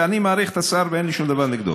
ואני מעריך את השר ואין לי שום דבר נגדו.